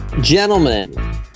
Gentlemen